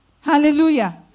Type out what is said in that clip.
Hallelujah